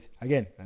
again